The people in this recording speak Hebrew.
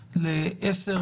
ל-10:00.